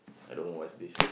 I don't know what's this